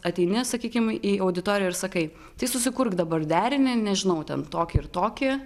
ateini sakykim į auditoriją ir sakai tai susikurk dabar derinį nežinau ten tokį ir tokį